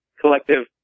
collective